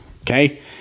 okay